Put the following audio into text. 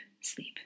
sleep